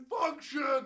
function